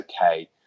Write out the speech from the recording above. okay